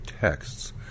texts